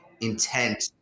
intent